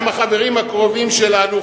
גם החברים הקרובים שלנו,